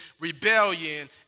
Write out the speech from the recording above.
rebellion